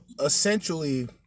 essentially